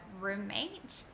roommate